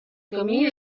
camí